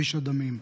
כביש הדמים.